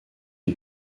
une